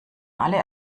alle